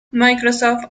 microsoft